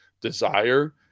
desire